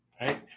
right